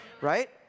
right